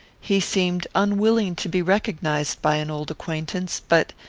he seemed unwilling to be recognised by an old acquaintance, but,